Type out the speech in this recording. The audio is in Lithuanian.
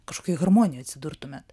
kažkokioj harmonijoj atsidurtumėt